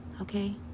okay